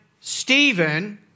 Stephen